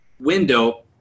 window